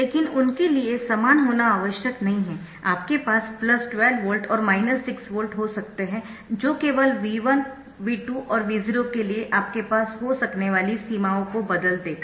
लेकिन उनके लिए समान होना आवश्यक नहीं है आपके पास 12 वोल्ट और 6 वोल्ट हो सकते है जो केवल V1 V2 और V0 के लिए आपके पास हो सकने वाली सीमाओं को बदल देगा